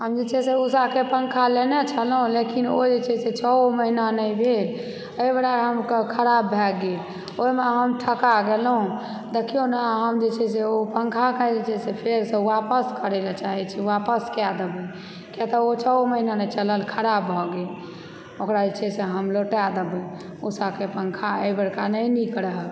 हम जे छै से उषाके पंखा लेने छलहुँ लेकिन ओ जे छै से छओओ महीना नहि भेल एहिबेरा आबिके खराब भए गेल ओहिमे हम ठका गेलहुँ देखिऔ न हम जे छै ओ पंखाकऽ जे छै से फेरसँ आपस करय लऽ चाहै छी आपस कए देबै किआतऽ ओ छओओ महीना नहि चलल खराब भऽ गेल ओकरा जे छै से हम लौटा देबय उषाके पंखा एहिबेरका नहि नीक रहय